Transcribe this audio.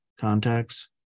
contacts